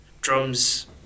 drums